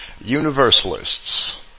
universalists